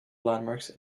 landmarks